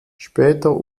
später